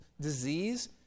disease